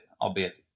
albeit